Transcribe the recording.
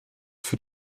für